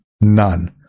none